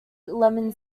lemon